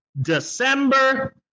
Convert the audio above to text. December